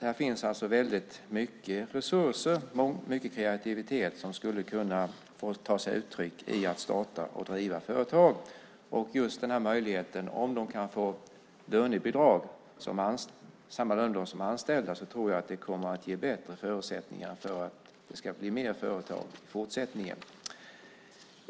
Här finns väldigt mycket resurser och kreativitet som skulle kunna ta sig uttryck i att starta och driva företag. Om de kan få samma lönebidrag som anställda tror jag det kommer att ge bättre förutsättningar för att det ska blir fler företag i fortsättningen.